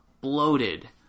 bloated